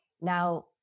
Now